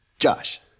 Josh